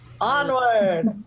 Onward